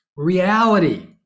reality